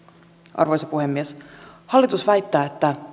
arvoisa puhemies hallitus väittää että